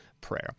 Prayer